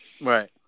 Right